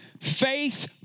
Faith